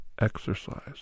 exercise